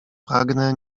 pragnę